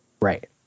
Right